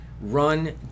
run